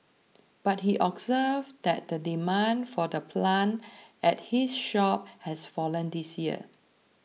but he observed that the demand for the plant at his shop has fallen this year